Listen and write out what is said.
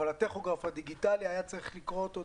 אבל הטכוגרף הדיגיטלי היה צריך לקרות עוד